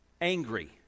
angry